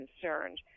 concerned